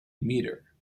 meter